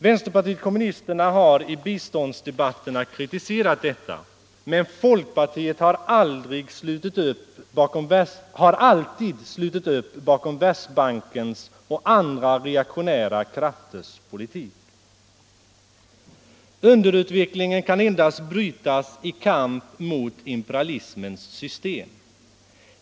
Vpk har i biståndsdebatterna kriti — Ytterligare insatser serat detta, men folkpartiet har alltid slutit upp bakom Världsbankens = för svältdrabbade och andra reaktionära krafters politik. länder Underutvecklingen kan endast brytas i kamp mot imperialismens system.